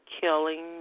killing